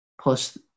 plus